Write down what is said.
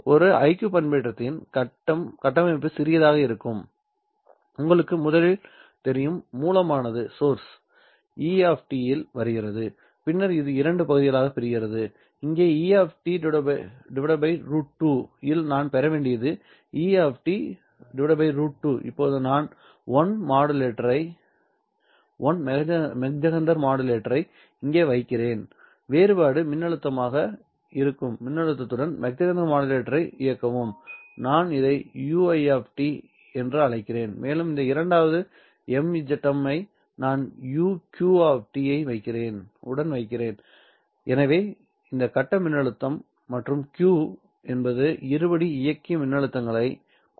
ஒரு IQ பண்பேற்றத்தின் கட்டமைப்பு சிறியதாக இருக்கும் உங்களுக்கு முதலில் தெரியும் மூலமானது E¿ இல் வருகிறது பின்னர் அது இரண்டு பகுதிகளாகப் பிரிகிறது இங்கே E¿ √2 இல் நான் பெற வேண்டியது E¿ √2 இப்போது நான் 1 மாக் ஜெஹெண்டர் மாடுலேட்டரை இங்கே வைக்கிறேன் வேறுபாடு மின்னழுத்தமாக இருக்கும் மின்னழுத்தத்துடன் மாக் ஜெஹெண்டர் மாடுலேட்டர் ஐ இயக்கவும் நான் இதை ui என்று அழைக்கிறேன் மேலும் இந்த இரண்டாவது MZM ஐ நான் uq உடன் வைக்கிறேன் எனவே இது கட்ட மின்னழுத்தம் மற்றும் q என்பது இருபடி இயக்கி மின்னழுத்தத்தைக் குறிக்கிறது